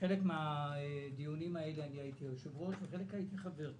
בחלק מהדיונים האלה הייתי היושב-ראש וחלק הייתי חבר וועדה.